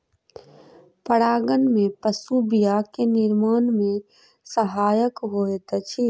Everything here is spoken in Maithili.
परागन में पशु बीया के निर्माण में सहायक होइत अछि